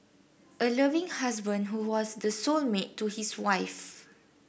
a loving husband who was the soul mate to his wife